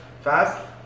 fast